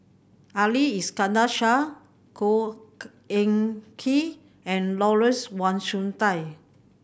Ali Iskandar Shah Khor Ean Ghee and Lawrence Wong Shyun Tsai